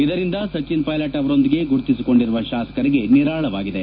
ಇದರಿಂದ ಸಚಿನ್ ಪೈಲಟ್ ಅವರೊಂದಿಗೆ ಗುರುತಿಸಿಕೊಂಡಿರುವ ಶಾಸಕರಿಗೆ ನಿರಾಳವಾಗಿದೆ